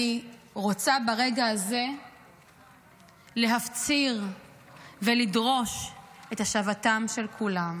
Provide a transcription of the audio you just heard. אני רוצה ברגע הזה להפציר ולדרוש את השבתם של כולם,